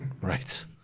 Right